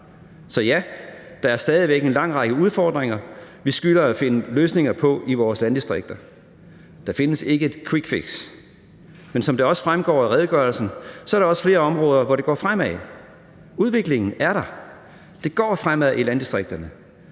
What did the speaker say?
så ja, der er stadig væk en lang række udfordringer, vi skylder at finde løsninger på, i vores landdistrikter. Der findes ikke et quickfix. Men som det også fremgår af redegørelsen, er der også flere områder, hvor det går fremad. Udviklingen er der. Det går fremad i landdistrikterne,